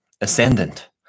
Ascendant